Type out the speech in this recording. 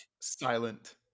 Silent